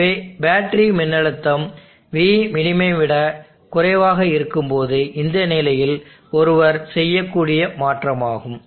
எனவே பேட்டரி மின்னழுத்தம் Vmin விடக் குறைவாக இருக்கும்போது இந்த நிலையில் ஒருவர் செய்யக்கூடிய மாற்றமாகும்